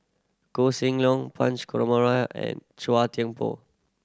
Koh Seng Leong Punch and Chua Thian Poh